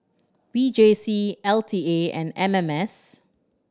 V J C L T A and M M S